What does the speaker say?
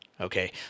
okay